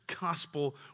gospel